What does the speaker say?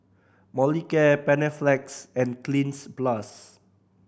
Molicare Panaflex and Cleanz Plus